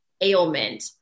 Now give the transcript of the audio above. ailment